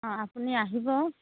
অঁ আপুনি আহিব